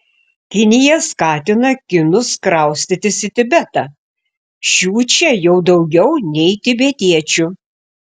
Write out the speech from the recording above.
kinija skatina kinus kraustytis į tibetą šių čia jau daugiau nei tibetiečių